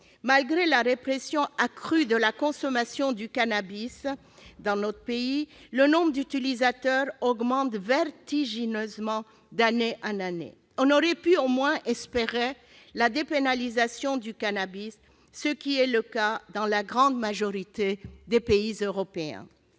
Malgré la répression accrue de la consommation du cannabis dans notre pays, le nombre d'utilisateurs augmente vertigineusement d'année en année. On aurait pu au moins espérer la dépénalisation du cannabis, qui est déjà effective dans la grande majorité des pays européens.